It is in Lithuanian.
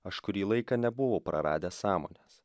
aš kurį laiką nebuvau praradęs sąmonės